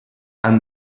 han